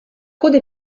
coda